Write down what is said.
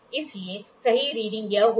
इसलिए सही रीडिंग यह होगा